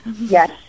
yes